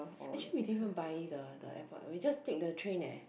actually we didn't even buy the the airport we just take the train leh